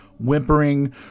whimpering